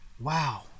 Wow